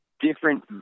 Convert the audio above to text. different